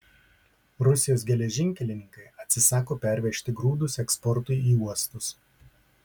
rusijos geležinkelininkai atsisako pervežti grūdus eksportui į uostus